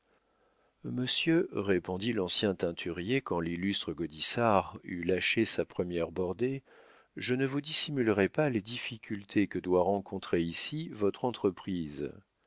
monsieur répondit l'ancien teinturier quand l'illustre gaudissart eut lâché sa première bordée je ne vous dissimulerai pas les difficultés que doit rencontrer ici votre entreprise